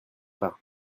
pas